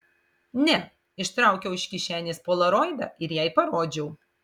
ne ištraukiau iš kišenės polaroidą ir jai parodžiau